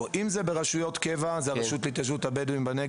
משרד החינוך להציב מבנים,